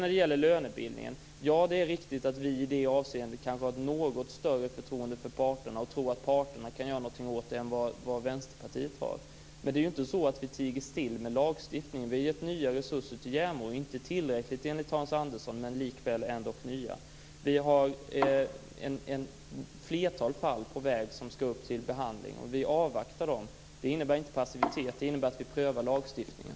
Det är riktigt att Socialdemokraterna när det gäller lönebildningen har ett något större förtroende för parterna och tror att parterna kan göra någonting åt det än vad Vänsterpartiet har. Men det är inte så att vi tiger still med lagstiftning. Vi har gett nya resurser till JämO - inte tillräckligt enligt Hans Andersson, men likväl ändock nya. Det finns ett flertal fall som är uppe till behandling. Vi avvaktar dem. Det innebär inte passivitet. Det innebär att vi prövar lagstiftningen.